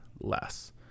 less